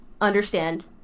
understand